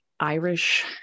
Irish